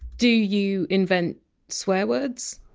do you invent swear words?